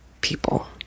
people